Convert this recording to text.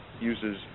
uses